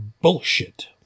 bullshit